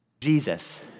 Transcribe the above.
Jesus